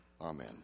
Amen